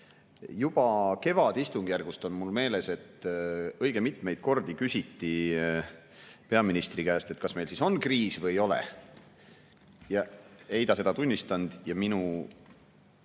Juba kevadistungjärgust on mul meeles, et õige mitmeid kordi küsiti peaministri käest, kas meil on kriis või ei ole. Ja ei ta seda tunnistanud ja mina